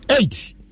eight